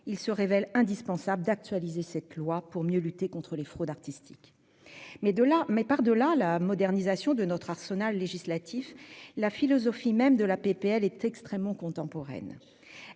il est indispensable d'actualiser la loi pour mieux lutter contre les fraudes artistiques. Mais par-delà la modernisation de notre arsenal législatif, la philosophie même de la proposition de loi est extrêmement contemporaine.